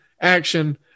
action